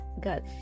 Got